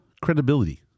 credibility